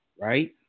right